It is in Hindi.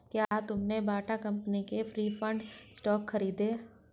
क्या तुमने बाटा कंपनी के प्रिफर्ड स्टॉक खरीदे?